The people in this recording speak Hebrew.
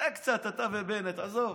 צאו קצת, אתה ובנט, עזוב,